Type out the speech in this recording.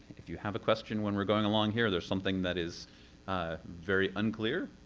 if you have a question when we're going along here, there's something that is ah very unclear,